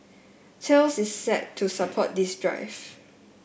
Thales is set to support this drive